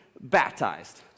baptized